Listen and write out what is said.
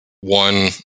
One